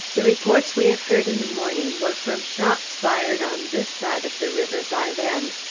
the reports we had heard in the morning were from shots fired on this side of the river by them,